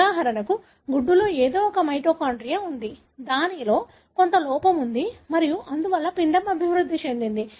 ఉదాహరణకు గుడ్డులో ఏదో ఒక మైటోకాండ్రియా ఉంది దానిలో కొంత లోపం ఉంది మరియు అందువల్ల పిండం అభివృద్ధి చెందింది